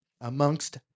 amongst